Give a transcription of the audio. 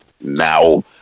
now